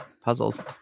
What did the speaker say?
puzzles